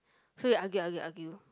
so we argue argue argue